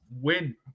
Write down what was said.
win